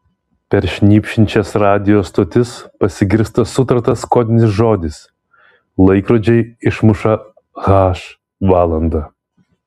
per šnypščiančias radijo stotis pasigirsta sutartas kodinis žodis laikrodžiai išmuša h valandą